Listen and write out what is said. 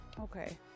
Okay